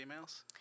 emails